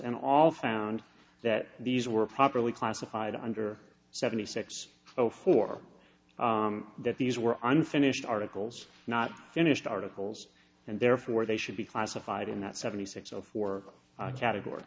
and all found that these were properly classified under seventy six zero four that these were unfinished articles not finished articles and therefore they should be classified in that seventy six of work category